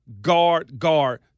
guard-guard